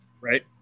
Right